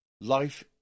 Life